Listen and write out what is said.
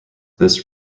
this